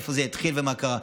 איפה זה התחיל ומה קרה.